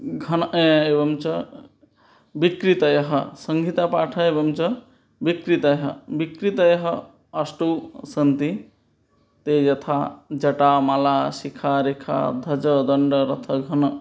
घनः एवं च विकृतयः संहितापाठः एवं च विकृतयः विकृतयः अष्टौ सन्ति ते यथा जटा माला शिखा रिखा ध्वजः दण्डः रथः घनः